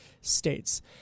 States